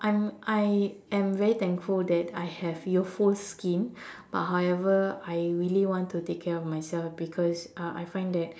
I'm I am very thankful that I have youthful skin but however I really want to take care of myself because uh I find that